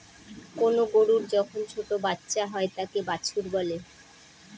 কোনো গরুর যখন ছোটো বাচ্চা হয় তাকে বাছুর বলে